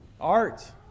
art